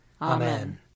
Amen